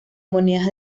monedas